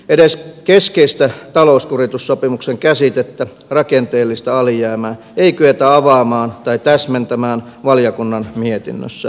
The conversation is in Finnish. edes keskeistä talouskuritussopimuksen käsitettä rakenteellista alijäämää ei kyetä avaamaan tai täsmentämään valiokunnan mietinnössä